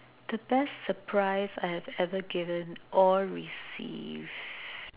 the best surprise I have ever given or received